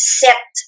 set